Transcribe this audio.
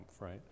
right